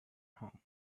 home